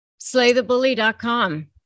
Slaythebully.com